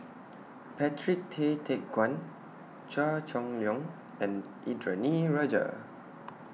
Patrick Tay Teck Guan Chua Chong Long and Indranee Rajah